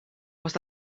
was